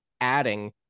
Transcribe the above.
adding